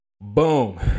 Boom